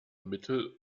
mittel